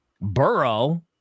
Burrow